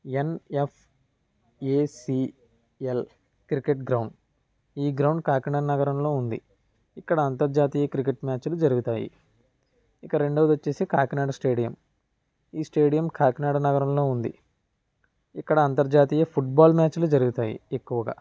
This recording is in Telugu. N F C L cricket ground ఈ గ్రౌండ్ కాకినాడ నగరంలో ఉంది ఇక్కడ అంతర్జాతీయ క్రికెట్ మ్యాచ్లు జరుగుతాయి ఇక రెండోది వచ్చేసి కాకినాడ స్టేడియం ఈ స్టేడియం కాకినాడ నగరంలో ఉంది ఇక్కడ అంతర్జాతీయ ఫుట్బాల్ మ్యాచ్లు జరుగుతాయి ఎక్కువగా